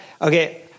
Okay